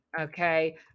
Okay